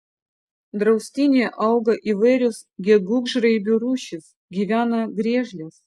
draustinyje auga įvairios gegužraibių rūšys gyvena griežlės